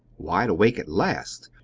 wide awake at last,